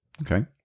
Okay